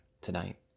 tonight